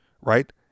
right